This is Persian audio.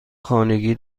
خانگی